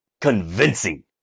convincing